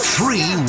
Three